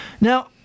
Now